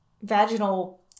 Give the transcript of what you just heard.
vaginal